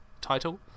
title